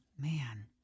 Man